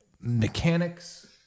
mechanics